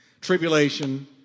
tribulation